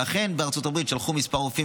אכן שלחו מארצות הברית כמה רופאים,